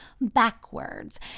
backwards